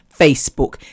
Facebook